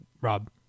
Rob